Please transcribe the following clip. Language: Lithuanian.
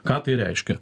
ką tai reiškia